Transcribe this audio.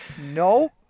No